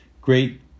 great